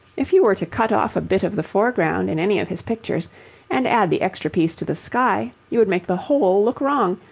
if you were to cut off a bit of the foreground in any of his pictures and add the extra piece to the sky, you would make the whole look wrong,